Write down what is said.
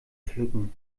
pflücken